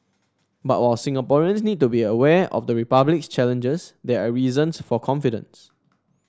but while Singaporeans need to be aware of the Republic's challenges there are reasons for confidence